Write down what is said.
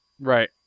Right